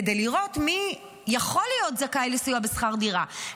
כדי לראות מי יכול להיות זכאי לסיוע בשכר דירה,